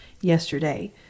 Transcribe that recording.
yesterday